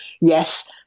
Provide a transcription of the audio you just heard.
yes